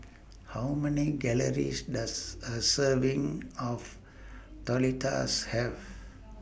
How Many Calories Does A Serving of Have